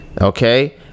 okay